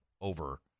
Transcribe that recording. over